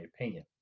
opinion